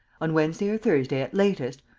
on wednesday or thursday, at latest,